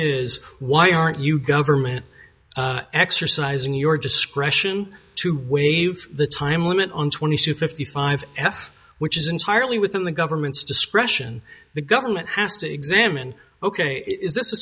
is why aren't you government exercising your discretion to waive the time limit on twenty to fifty five f which is entirely within the government's discretion the government has to examine ok is